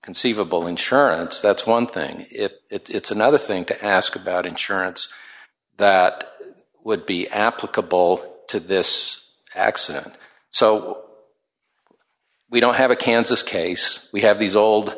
conceivable insurance that's one thing it it's another thing to ask about insurance that would be applicable to this accident so we don't have a kansas case we have these old